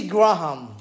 Graham